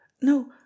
no